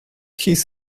his